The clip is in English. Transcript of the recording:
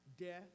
Death